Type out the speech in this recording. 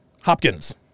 Hopkins